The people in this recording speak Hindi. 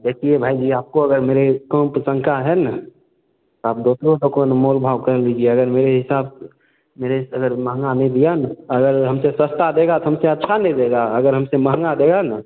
देखिए भाई जी आपको अगर मेरे काम पर शंका है ना आप दूसरों से कौन मोल भाव कर लीजिए अगर मेरे हिसाब मेरे से अगर महंगा में दिया ना अगर हम से सस्ता देगा तो हम से अच्छा नहीं देगा अगर हम से महंगा देगा ना